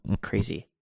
Crazy